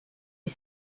les